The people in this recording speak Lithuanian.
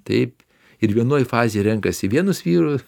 taip ir vienoj fazėj renkasi vienus vyrus